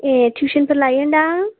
ए थिउसनफोर लायो दां